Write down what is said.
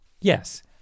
Yes